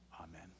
Amen